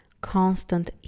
constant